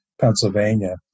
Pennsylvania